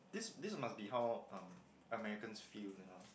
this this must be how um Americans feel you know